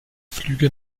flüge